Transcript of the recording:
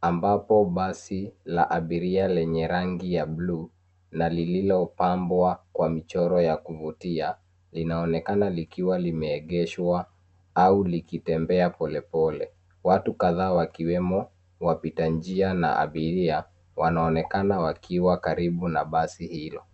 ambapo basi la abiria lenye rangi ya bluu na lililo pambwa na michoro wa kuvutia linaonekana likiwa limeegeshwa au likitembea pole pole. Watu kataa wakiwemo wapita njia na abiria wanaonekana wakiwa karibu na basi hilo.